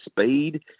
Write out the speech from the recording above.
speed